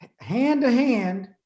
hand-to-hand